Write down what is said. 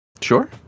Sure